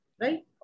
right